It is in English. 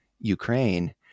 Ukraine